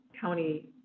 county